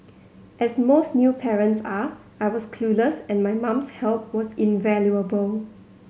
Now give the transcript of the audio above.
as most new parents are I was clueless and my mum's help was invaluable